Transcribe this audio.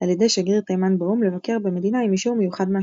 על ידי שגריר תימן באו"ם לבקר במדינה עם אישור מיוחד מהשלטונות.